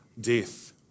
death